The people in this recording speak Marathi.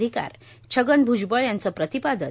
अधिकार छगन भ्जबळ यांचं प्रतिपादन